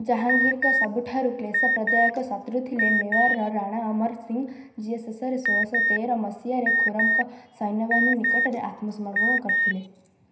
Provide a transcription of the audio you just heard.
ଜାହାଙ୍ଗୀର୍ଙ୍କ ସବୁଠାରୁ କ୍ଳେଶ ପ୍ରଦାୟକ ଶତ୍ରୁ ଥିଲେ ମେୱାରର ରାଣା ଅମର ସିଂହ ଯିଏ ଶେଷରେ ଷୋଳସତେର ମସିହାରେ ଖୁରମ୍ଙ୍କ ସୈନ୍ୟବାହିନୀ ନିକଟରେ ଆତ୍ମସମର୍ପଣ କରିଥିଲେ